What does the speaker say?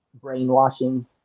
brainwashing